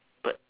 but